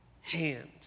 hand